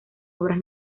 obras